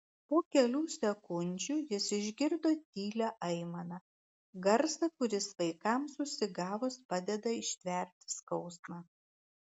po kelių sekundžių jis išgirdo tylią aimaną garsą kuris vaikams užsigavus padeda ištverti skausmą